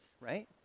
right